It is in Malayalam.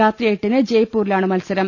രാത്രി എട്ടിന് ജയ്പൂരി ലാണ് മത്സരം